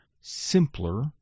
simpler